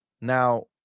Now